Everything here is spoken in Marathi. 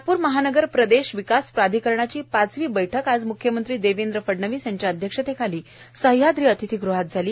नागपूर महानगर प्रदेश विकास प्राधिकरणाची पाचवी बैठक आज म्ख्यमंत्री देवेंद्र फडणवीस यांच्या अध्यक्षतेखाली सह्याद्री अतिथीगृहात झाली